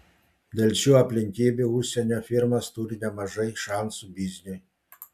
dėl šių aplinkybių užsienio firmos turi nemažai šansų bizniui